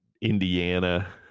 indiana